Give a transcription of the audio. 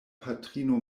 patrino